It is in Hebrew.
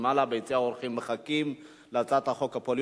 למעלה ביציע האורחים להצעת חוק הפוליו.